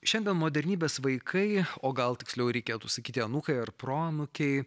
šiandien modernybės vaikai o gal tiksliau reikėtų sakyti anūkai ar proanūkiai